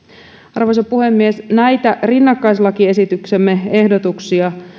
arvoisa puhemies näitä rinnakkaislakiesityksemme ehdotuksia